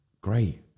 great